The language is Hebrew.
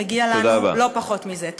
מגיע לנו לא פחות מזה.